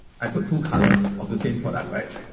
i put two colors of the same for that, right?